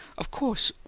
of course,